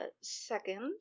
second